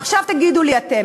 עכשיו תגידו לי אתם,